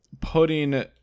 putting